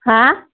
हा